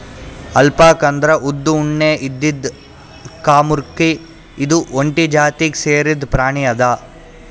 alpaca ಅಂದ್ರ ಉದ್ದ್ ಉಣ್ಣೆ ಇದ್ದಿದ್ ಲ್ಲಾಮ್ಕುರಿ ಇದು ಒಂಟಿ ಜಾತಿಗ್ ಸೇರಿದ್ ಪ್ರಾಣಿ ಅದಾ